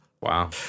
Wow